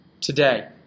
Today